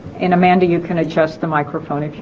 in amanda you can adjust the microphone